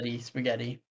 spaghetti